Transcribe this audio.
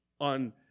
on